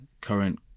current